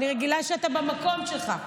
אני רגילה שאתה במקום שלך.